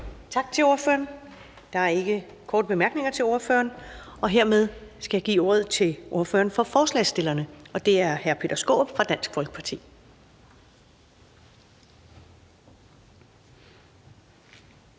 Tak til ordføreren. Der er ikke korte bemærkninger til ordføreren. Og hermed skal jeg give ordet til ordføreren for forslagsstillerne, og det er hr. Peter Skaarup fra Dansk Folkeparti.